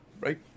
Right